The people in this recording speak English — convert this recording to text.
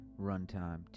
runtime